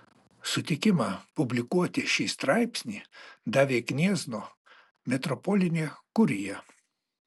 sutikimą publikuoti šį straipsnį davė gniezno metropolinė kurija